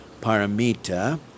Paramita